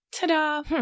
Ta-da